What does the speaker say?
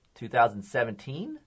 2017